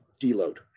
deload